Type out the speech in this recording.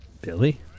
Billy